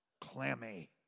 clammy